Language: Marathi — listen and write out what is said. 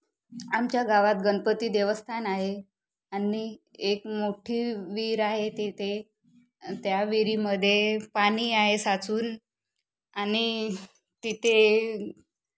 आमच्या गावात गणपती देवस्थान आहे आणि एक मोठी विहीर आहे तिथे त्या विहीरीमध्ये पाणी आहे साचून आणि तिथे